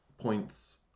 points